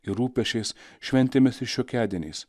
ir rūpesčiais šventėmis ir šiokiadieniais